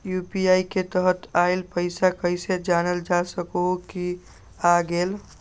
UPI के तहत आइल पैसा कईसे जानल जा सकहु की आ गेल?